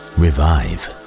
revive